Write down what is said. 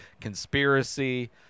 conspiracy